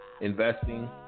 investing